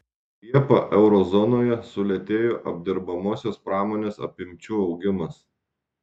liepą euro zonoje sulėtėjo apdirbamosios pramonės apimčių augimas